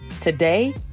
Today